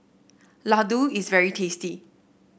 ladoo is very tasty